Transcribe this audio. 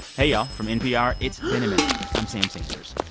hey, y'all. from npr, it's been a minute. i'm sam sanders.